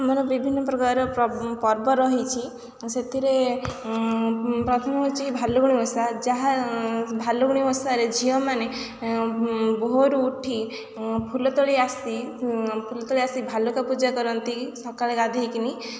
ଆମର ବିଭିନ୍ନ ପ୍ରକାର ପର୍ବ ରହିଛି ସେଥିରେ ପ୍ରଥମେ ହେଉଛି ଭାଲୁକୁଣି ଓଷା ଯାହା ଭାଲୁଗୁଣି ଓଷାରେ ଝିଅମାନେ ଭୋରୁ ଉଠି ଫୁଲ ତୋଳି ଆସି ଫୁଲ ତୋଳି ଆସି ଭାଲୁକା ପୂଜା କରନ୍ତି ସକାଳେ ଗାଧେଇକିନି